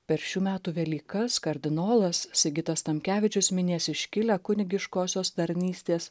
per šių metų velykas kardinolas sigitas tamkevičius minės iškilią kunigiškosios tarnystės